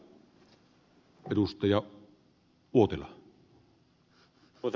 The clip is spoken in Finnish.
arvoisa puhemies